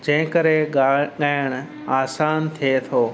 जंहिं करे गाए ॻाइणु आसान थिए थो